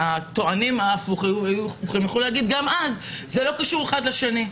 הטוענים הפוך יוכלו להגיד גם אז: זה לא קשור אחד לשני.